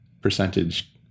percentage